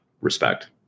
respect